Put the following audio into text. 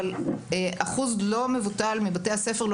אבל אחוז לא מבוטל מבתי הספר הכלליים